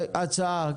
איתי, הצעה?